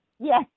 Yes